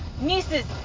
nieces